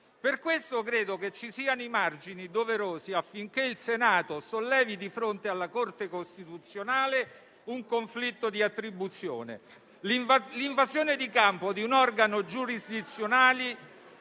Per questo credo ci siano i margini doverosi affinché il Senato sollevi di fronte alla Corte costituzionale un conflitto di attribuzione. L'invasione di campo di un organo giurisdizionale